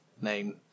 name